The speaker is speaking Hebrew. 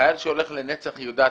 חייל שהולך לנצח יהודה,